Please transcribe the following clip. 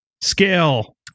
scale